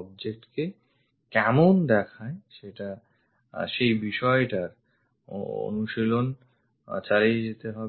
object কে কেমন দেখায় সেই বিষয়টির অনুশীলন কাউকে চালিয়ে যেতে হবে